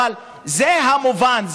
אבל זה המובן,